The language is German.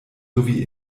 sowie